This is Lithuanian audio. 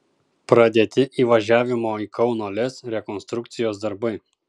pradėti įvažiavimo į kauno lez rekonstrukcijos darbai